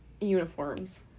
uniforms